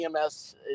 EMS